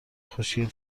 خوشگل